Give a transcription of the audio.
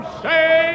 say